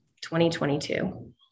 2022